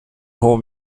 home